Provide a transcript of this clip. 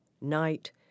Night